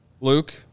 Luke